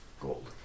gold